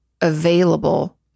available